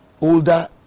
older